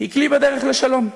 היא כלי בדרך לשלום.